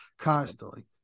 constantly